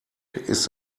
ist